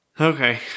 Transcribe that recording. Okay